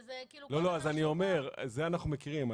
וזה --- לא, אז אני אומר שאת זה אנחנו מכירים.